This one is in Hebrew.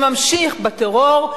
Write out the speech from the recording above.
שממשיך בטרור,